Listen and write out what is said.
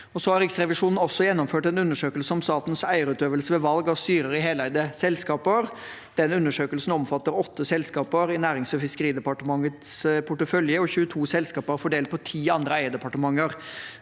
Riksrevisjonen har også gjennomført en undersøkelse om statens eierutøvelse ved valg av styrer i heleide selskaper. Denne undersøkelsen omfatter 8 selskaper i Næringsog fiskeridepartementets portefølje og 22 selskaper fordelt på 10 andre eierdepartementer.